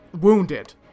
wounded